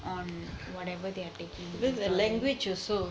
on whatever they are taking